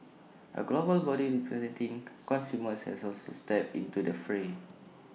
A global body representing consumers has also stepped into the fray